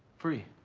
free.